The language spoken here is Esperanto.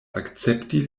akcepti